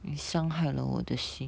你伤害了我的心